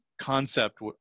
concept